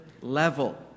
level